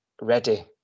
ready